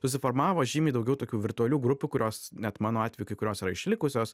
susiformavo žymiai daugiau tokių virtualių grupių kurios net mano atveju kai kurios yra išlikusios